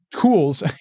tools